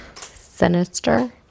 Sinister